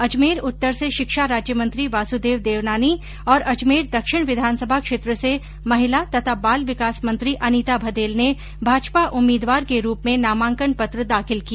अजमेर उत्तर से शिक्षा राज्यमंत्री वासुदेव देवनानी और अजमेर दक्षिण विधानसभा क्षेत्र से महिला तथा बाल विकास मंत्री अनीता भदेल ने भाजपा उम्मीदवार के रूप में नामांकन पत्र दाखिल किया